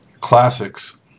classics